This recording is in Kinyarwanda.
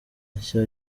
nshya